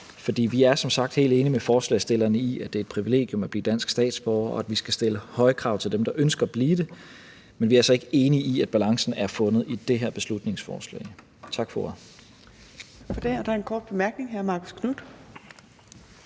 For vi er som sagt helt enige med forslagsstillerne i, at det er et privilegium at blive dansk statsborger, og at vi skal stille høje krav til dem, der ønsker at blive det. Men vi er altså ikke enige i, at balancen er fundet i det her beslutningsforslag. Tak for ordet. Kl. 13:31 Fjerde næstformand